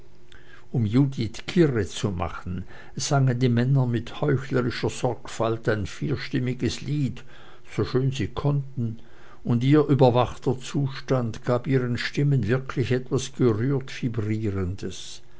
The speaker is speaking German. um judith kirre zu machen sangen die männer mit heuchlerischer sorgfalt ein vierstimmiges lied so schön sie konnten und ihr überwachter zustand gab ihren stimmen wirklich etwas gerührt vibrierendes